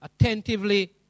Attentively